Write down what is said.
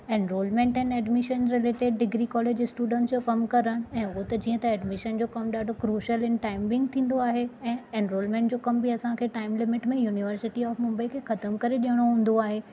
enrolment and admission जो related degree college students जो कमु करणु ऐं उहो त जीअं त एडमिशन जो कमु ॾाढो क्रूशियल इन टाइम बींग थींदो आहे ऐं एनरोलमेंट जो कमु बि असांखे टाइम लिमिट में यूनिवर्सिटी ऑफ मुंबई खे खत्म करे ॾियणो हूंदो आहे